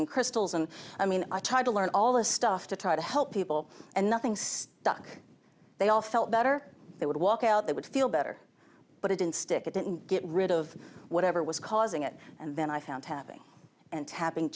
and crystals and i mean i tried to learn all this stuff to try to help people and nothing stuck they all felt better they would walk out they would feel better but it didn't stick it didn't get rid of whatever was causing it and then i found having